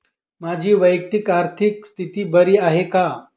माझी वैयक्तिक आर्थिक स्थिती बरी आहे का?